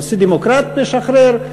נשיא דמוקרט משחרר,